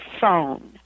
phone